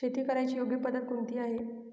शेती करण्याची योग्य पद्धत कोणती आहे?